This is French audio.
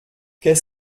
qu’est